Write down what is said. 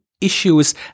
issues